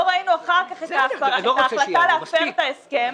לא ראינו אחר כך את ההחלטה להפר את ההסכם.